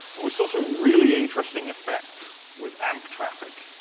and we saw some really interesting effects with amp traffic.